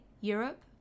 Europe